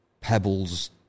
pebbles